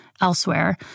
elsewhere